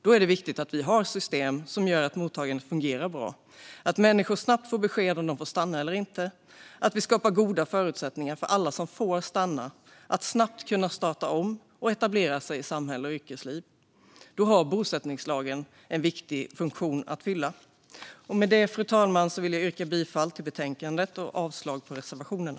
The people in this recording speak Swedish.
Då är det viktigt att vi har system som gör att mottagandet fungerar bra, att människor snabbt får besked om de får stanna eller inte och att vi skapar goda förutsättningar för alla som får stanna att snabbt starta om och etablera sig i samhälle och yrkesliv. Där har bosättningslagen en viktig funktion att fylla. Med det, fru talman, vill jag yrka bifall till förslaget i betänkandet och avslag på reservationerna.